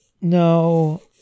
no